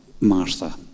Martha